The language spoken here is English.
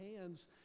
hands